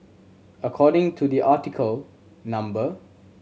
according to the article number